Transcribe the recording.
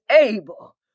able